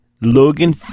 Logan